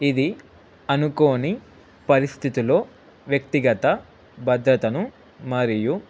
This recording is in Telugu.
ఇది అనుకోని పరిస్థితిలో వ్యక్తిగత భద్రతను మరియు